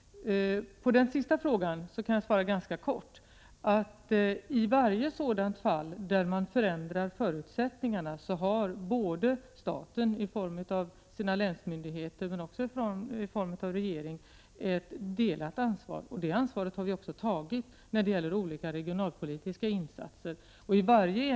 På den sista frågan kan jag svara ganska kort att i varje sådant fall där förutsättningarna förändras har staten både i form av sina länsmyndigheter men också i form av regeringen ett delat ansvar. Det ansvaret har vi också tagit när det gäller olika regionalpolitiska insatser.